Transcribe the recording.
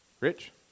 Rich